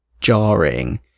jarring